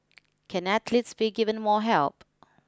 can athletes be given more help